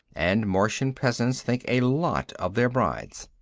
and martian peasants think a lot of their brides.